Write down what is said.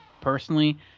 personally